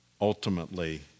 ultimately